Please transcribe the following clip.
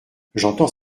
j’entends